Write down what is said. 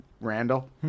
Randall